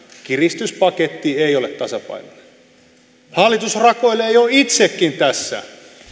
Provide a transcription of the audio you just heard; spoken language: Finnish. kiristyspaketti ei ole tasapainoinen hallitus rakoilee jo itsekin tässä